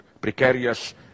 precarious